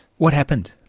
what happened?